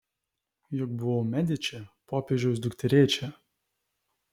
juk buvau mediči popiežiaus dukterėčia